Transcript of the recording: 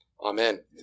Amen